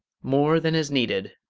more than is needed,